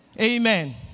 Amen